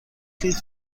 لیتر